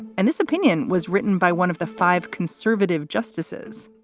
and this opinion was written by one of the five conservative justices.